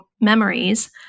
memories